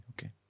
okay